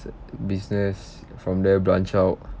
t~ business from there branch out